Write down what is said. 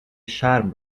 شرم